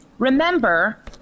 Remember